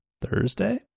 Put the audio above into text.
thursday